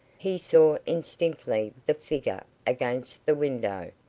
he saw indistinctly the figure against the window,